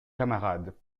camarades